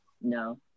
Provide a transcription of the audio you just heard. No